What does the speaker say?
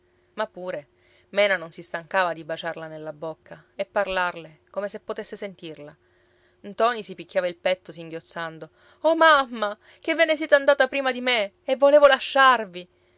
ma pure mena non si stancava di baciarla nella bocca e parlarle come se potesse sentirla ntoni si picchiava il petto singhiozzando o mamma che ve ne siete andata prima di me e volevo lasciarvi